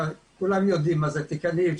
כולם יודעים מה זה תיקנים,